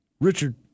Richard